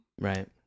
Right